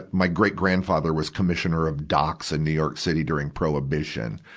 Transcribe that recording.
my great-grandfather was commissioner of docks in new york city during prohibition.